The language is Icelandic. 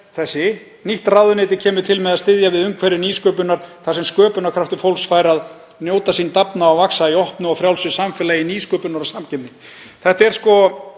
þessi: „Nýtt ráðuneyti kemur til með að styðja við umhverfi nýsköpunar þar sem sköpunarkraftur fólks fær að njóta sín, dafna og vaxa í opnu og frjálsu samfélagi nýsköpunar og samkeppni.“ Þetta er eins